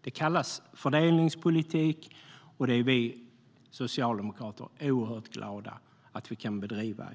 Det kallas fördelningspolitik, och det är vi socialdemokrater oerhört glada att vi kan bedriva.